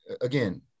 again